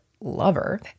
lover